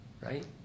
right